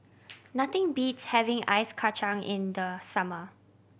nothing beats having ice kacang in the summer